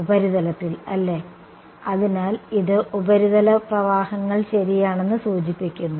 ഉപരിതലത്തിൽ അല്ലേ അതിനാൽ ഇത് ഉപരിതല പ്രവാഹങ്ങൾ ശരിയാണെന്ന് സൂചിപ്പിക്കുന്നു